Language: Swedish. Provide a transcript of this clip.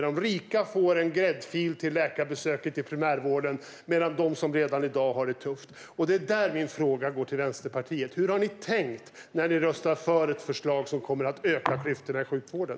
De rika får en gräddfil till läkarbesöket i primärvården, medan de som redan i dag har det tufft får det svårare. Det är detta jag vill fråga Vänsterpartiet om: Hur har ni tänkt när ni röstar för ett förslag som kommer att öka klyftorna i sjukvården?